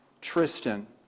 Tristan